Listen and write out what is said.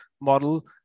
model